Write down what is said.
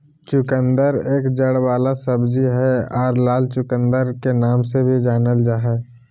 चुकंदर एक जड़ वाला सब्जी हय आर लाल चुकंदर के नाम से भी जानल जा हय